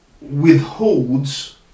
withholds